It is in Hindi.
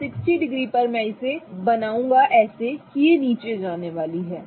तो 60 डिग्री पर मैं इसे बनाऊंगा तो ऊर्जा नीचे जाने वाली है